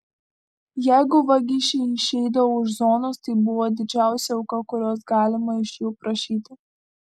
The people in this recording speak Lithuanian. jeigu vagišiai išeidavo už zonos tai buvo didžiausia auka kurios galima iš jų prašyti